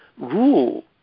rule